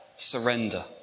Surrender